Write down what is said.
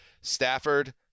Stafford